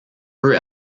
peu